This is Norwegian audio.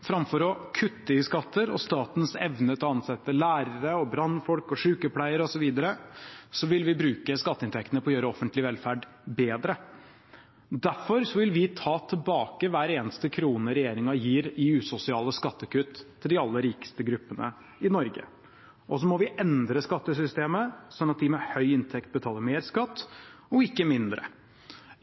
Framfor å kutte i skatter og statens evne til å ansette lærere, brannfolk, sykepleiere osv. vil vi bruke skatteinntektene på å gjøre offentlig velferd bedre. Derfor vil vi ta tilbake hver eneste krone regjeringen gir i usosiale skattekutt til de aller rikeste gruppene i Norge. Så må vi endre skattesystemet, sånn at de med høy inntekt betaler mer skatt og ikke mindre.